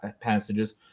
passages